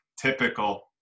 typical